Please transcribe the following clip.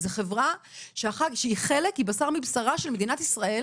זו חברה שהיא חלק, היא בשר מבשרה של מדינת ישראל.